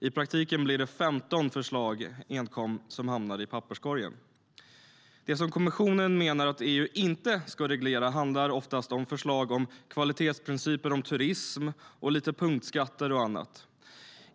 I praktiken blir det 15 förslag som hamnar i papperskorgen. Det som kommissionen menar att EU inte ska reglera är ofta förslag om kvalitetsprinciper om turism och lite punktskatter och annat.